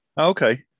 Okay